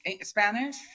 Spanish